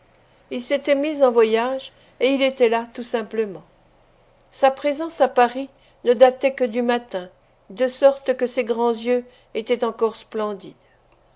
il s'était mis en voyage et il était là tout simplement sa présence à paris ne datait que du matin de sorte que ses grands yeux étaient encore splendides